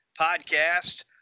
podcast